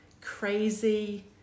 crazy